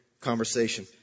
conversation